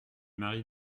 mari